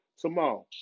tomorrow